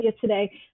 today